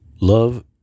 Love